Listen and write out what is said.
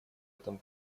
этом